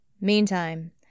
Meantime